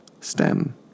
STEM